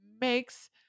makes